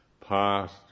past